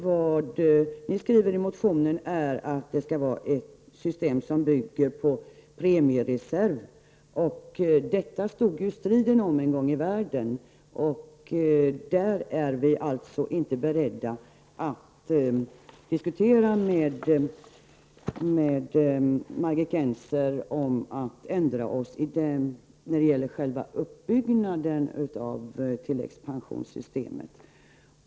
Ni vill ha ett system som bygger på premiereserver, och det var om detta som striden stod en gång i världen. Vi är alltså inte beredda att med Margit Gennser diskutera en ändring när det gäller själva uppbyggnaden av tilläggspensionssystemet.